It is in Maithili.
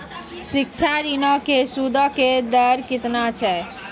शिक्षा ऋणो के सूदो के दर केतना छै?